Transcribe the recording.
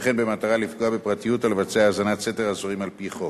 וכן במטרה לפגוע בפרטיות או לבצע האזנת סתר האסורים על-פי חוק.